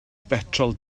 betrol